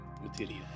material